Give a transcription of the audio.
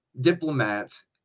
diplomats